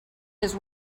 his